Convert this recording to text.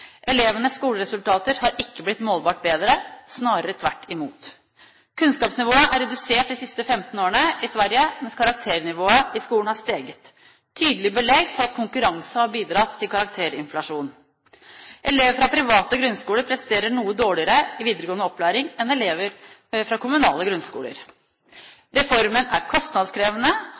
Elevenes skoleresultater har ikke blitt målbart bedre, snarere tvert imot. Kunnskapsnivået er redusert de siste 15 årene i Sverige, mens karakternivået i skolen har steget – tydelig belegg for at konkurranse har bidratt til karakterinflasjon. Elever fra private grunnskoler presterer noe dårligere i videregående opplæring enn elever fra kommunale grunnskoler. Reformen er kostnadskrevende,